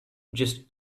just